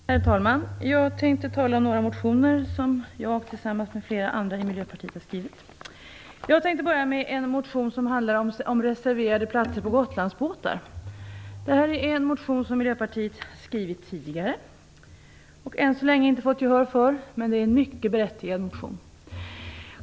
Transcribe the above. Herr talman! Jag skall ta upp några motioner som jag har väckt tillsammans med flera andra ledamöter från Miljöpartiet. Jag börjar med en motion om reserverade platser på Gotlandsbåtar. Det är ett motionskrav som Miljöpartiet tidigare har fört fram men inte har fått gehör för. Det gäller en mycket berättigad motion.